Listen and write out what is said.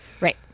Right